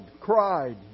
cried